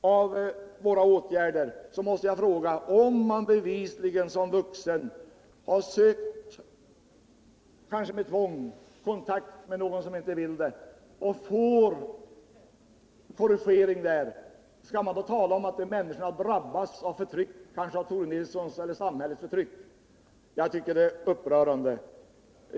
av våra åtgärder måste jag fråga: Om en vuxen bevisligen, kanske med tvång, sökt kontakt med någon som inte velat detta och får en korrigering, skall man då tala om att människan drabbas av förtryck — Tore Nilssons eller samhällets förtryck? Jag tycker det är upprörande.